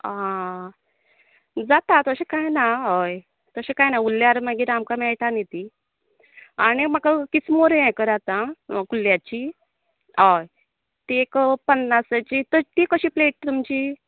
आं जाता तेशें कांय ना हय तशें कांय ना उल्ल्यार मागीर आमकां मेळ्टा न्ही ती आनी म्हाका किस्मूर यें करात आह ओ कुल्ल्याची अय ती एकं पन्नासाची तत ती कशी प्लेट तुमची